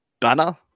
Banner